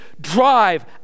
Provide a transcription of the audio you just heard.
drive